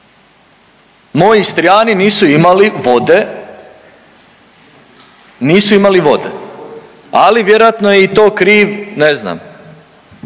moji Istrijani nisu imali vode, nisu imali vode. Ali vjerojatno je i to kriv, ne znam,